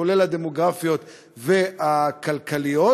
כולל הדמוגרפיות והכלכליות?